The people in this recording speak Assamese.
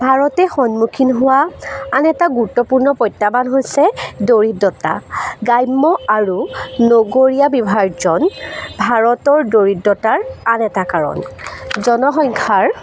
ভাৰতে সন্মুখীন হোৱা আন এটা গুৰুত্বপূৰ্ণ প্ৰত্যাহ্বান হৈছে দৰিদ্ৰতা গ্ৰাম্য আৰু নগৰীয়া বিভাজন ভাৰতৰ দৰিদ্ৰতাৰ আন এটা কাৰণ জনসংখ্যাৰ